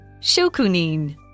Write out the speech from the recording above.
shokunin